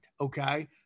Okay